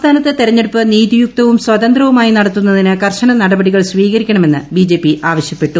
സംസ്ഥാനത്ത് തെരഞ്ഞെടുപ്പ് നീതിയുക്തവും സ്വതന്ത്രവുമായി നടത്തുന്നതിന് കർശന നടപടികൾ സ്വീകരിക്കണമെന്ന് ബിജെപി ആവശ്യപ്പെട്ടു